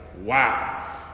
wow